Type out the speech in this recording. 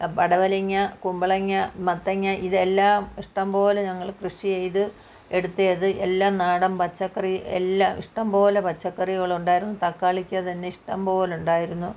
പടവലങ്ങ കുമ്പളങ്ങ മത്തങ്ങ ഇതെല്ലാം ഇഷ്ടം പോലെ ഞങ്ങൾ കൃഷി ചെയ്ത് എടുത്തത് എല്ലാം നാടൻ പച്ചക്കറി എല്ലാം ഇഷ്ടംപോലെ പച്ചകറികൾ ഉണ്ടായിരുന്നു തക്കാളിക്ക തന്നെ ഇഷ്ടം പോലെ ഉണ്ടായിരുന്നു